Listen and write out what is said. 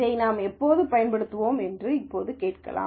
இதை நாம் எப்போது பயன்படுத்துவோம் என்று இப்போது கேட்கலாம்